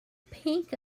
pink